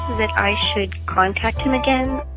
that i should contact him again?